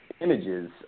images